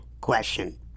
question